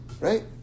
right